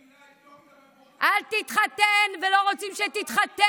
היכולת שלנו להתחתן, אל תתחתן, ולא רוצים שתתחתן.